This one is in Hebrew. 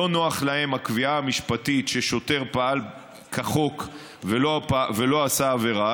לא נוחה להם הקביעה המשפטית ששוטר פעל כחוק ולא עשה עבירה,